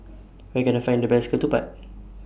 Where Can I Find The Best Ketupat